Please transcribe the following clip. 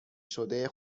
شده